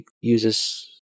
uses